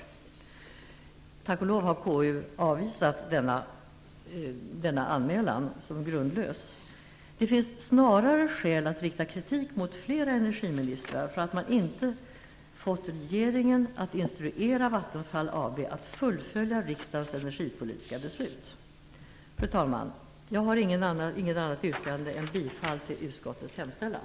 KU har, tack och lov, avvisat denna anmälan som grundlös. Snarare finns det skäl att rikta kritik mot flera energiministrar för att man inte fått regeringen att instruera Vattenfall AB om att fullfölja riksdagens energipolitiska beslut. Fru talman! Jag har inget annat yrkande utöver mitt yrkande om bifall till utskottets hemställan.